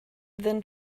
then